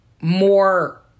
more